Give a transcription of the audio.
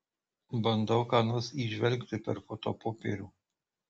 bandau ką nors įžvelgti per fotopopierių